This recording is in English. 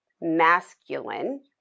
masculine